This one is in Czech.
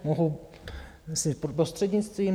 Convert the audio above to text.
Mohu prostřednictvím?